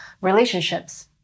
relationships